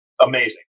amazing